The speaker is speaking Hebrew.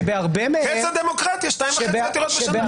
קץ הדמוקרטיה, 2.5 עתירות בשנה.